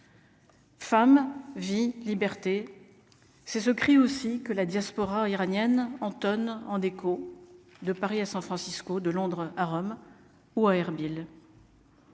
Femme vie liberté c'est ce cri aussi que la diaspora iranienne Anton en déco de Paris à San Francisco, de Londres à Rome ou à Erbil.